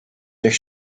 durch